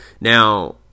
Now